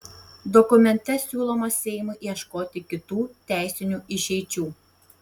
dokumente siūloma seimui ieškoti kitų teisinių išeičių